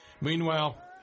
Meanwhile